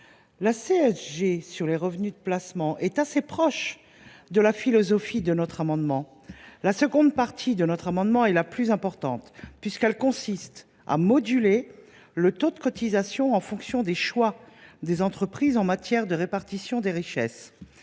La CSG sur les revenus de placement est même assez proche de la philosophie de cette proposition. La seconde partie du dispositif de cet amendement est la plus importante : elle tend à moduler le taux de cotisation en fonction des choix des entreprises en matière de répartition des richesses.